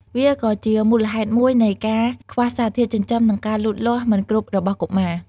វាក៏ជាមូលហេតុមួយនៃការខ្វះសារធាតុចិញ្ចឹម និងការលូតលាស់មិនគ្រប់របស់កុមារ។